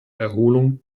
erholung